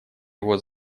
его